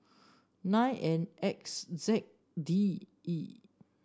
nine N X Z D E